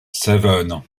seven